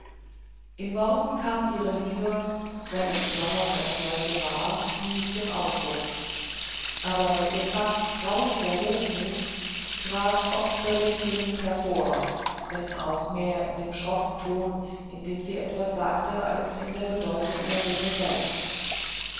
in worten kam ihre liebe wenn es überhaupt eine solche war nie zum ausdruck aber ihr fast grausiger hochmut trat oft beredt genug hervor wenn auch mehr in dem schroffen ton in dem sie etwas sagte als in der bedeutung der rede selbst